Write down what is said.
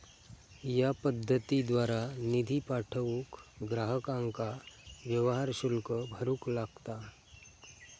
या पद्धतीद्वारा निधी पाठवूक ग्राहकांका व्यवहार शुल्क भरूक लागता